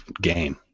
game